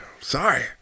sorry